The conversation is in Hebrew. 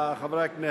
הכנסת,